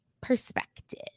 perspective